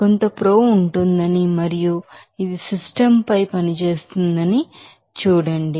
కొంత ప్రో ఉంటుందని మరియు ఇది సిస్టమ్ పై పనిచేస్తుందని చూడండి